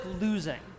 losing